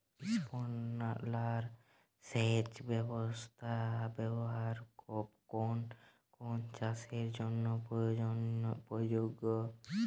Sprinkler সেচ ব্যবস্থার কোন কোন চাষের জন্য প্রযোজ্য?